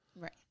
Right